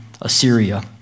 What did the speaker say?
Assyria